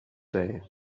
day